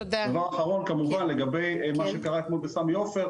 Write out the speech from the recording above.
דבר אחרון כמובן לגבי מה שקרה אתמול בסמי עופר.